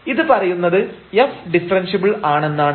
ഇത് പറയുന്നത് f differentiable ആണെന്നാണ്